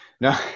No